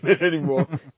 anymore